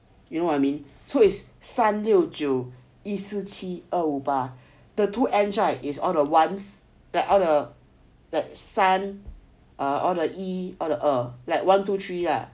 you know what I mean so his 三六九一四七二五八 the two ends right is all the ones the like 三 all the 一 or the 二 like one two three lah